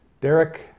Derek